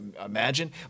imagine